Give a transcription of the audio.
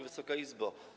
Wysoka Izbo!